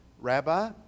Rabbi